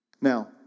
Now